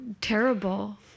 terrible